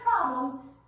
problem